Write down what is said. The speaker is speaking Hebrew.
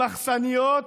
עם מחסניות